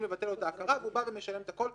לבטל לו את ההכרה, הוא בא ומשלם הכול.